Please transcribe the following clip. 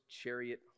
chariot